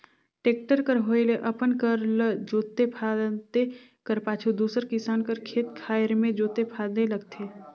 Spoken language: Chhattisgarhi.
टेक्टर कर होए ले अपन कर ल जोते फादे कर पाछू दूसर किसान कर खेत खाएर मे जोते फादे लगथे